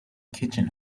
kitchen